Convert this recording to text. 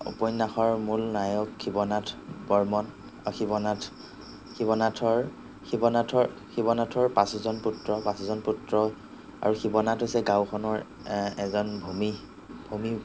উপন্যাসৰ মূল নায়ক শিৱনাথ বৰ্মন শিৱনাথ শিৱনাথৰ শিৱনাথৰ শিৱনাথৰ পাঁচোজন পুত্ৰ পাঁচোজন পুত্ৰ আৰু শিৱনাথ হৈছে গাঁওখনৰ এজন ভূমি ভূমি